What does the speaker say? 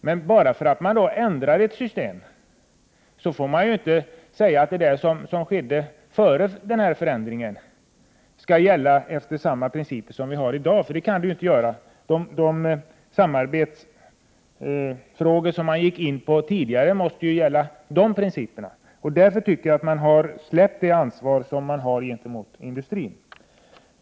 Men när man ändrar ett system får man inte säga att det som skedde före förändringen skall bedömas efter de principer som vi har i dag. Det kan man inte göra. För de samarbetsfrågor som diskuterades tidigare måste de då aktuella principerna gälla. Därför tycker jag att man här har släppt det ansvar som man har gentemot industrin.